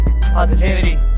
Positivity